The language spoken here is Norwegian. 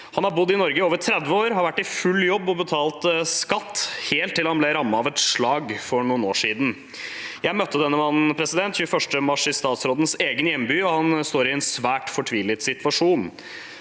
Han har bodd i Norge i over 30 år og har vært i full jobb og betalt skatt helt til han ble rammet av et slag for noen år siden. Jeg møtte selv denne mannen 21. mars i statsrådens egen hjemby og han står i en fortvilet situasjon.